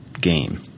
game